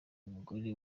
umugore